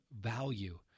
value